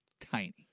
tiny